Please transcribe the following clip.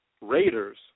Raiders